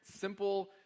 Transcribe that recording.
simple